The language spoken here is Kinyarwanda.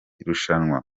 rushanwa